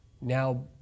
now